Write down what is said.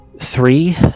three